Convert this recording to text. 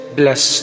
bless